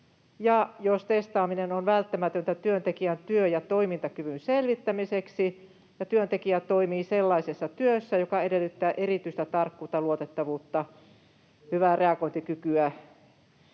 jos testaaminen on välttämätöntä työntekijän työ- ja toimintakyvyn selvittämiseksi ja työntekijä toimii sellaisessa työssä, joka edellyttää erityistä tarkkuutta ja luotettavuutta ja hyvää reagointikykyä.